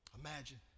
Imagine